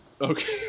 Okay